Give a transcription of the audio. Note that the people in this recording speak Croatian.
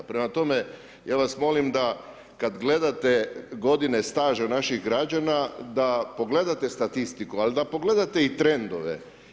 Prema tome ja vas molim da kad gledate godine staža naših građana da pogledate statistiku, ali da pogledate i trendove.